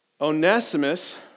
Onesimus